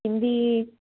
Hindi